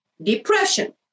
Depression